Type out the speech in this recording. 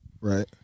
right